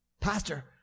Pastor